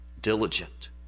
diligent